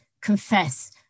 confess